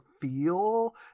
feel